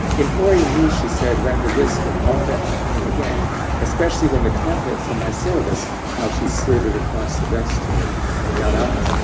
employing me, she said, ran the risk of all that happening and again especially when the contents of and my syllabus now she slid it across the desk to me got out.